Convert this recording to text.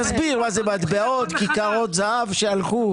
תסביר, מה זה, מטבעות, כיכרות זהב שהלכו?